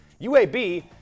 UAB